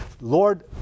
Lord